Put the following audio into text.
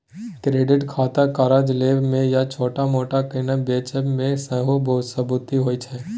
credit खातासँ करजा लेबा मे या छोट मोट कीनब बेचब मे सेहो सुभिता होइ छै